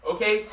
Okay